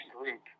group